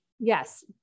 Yes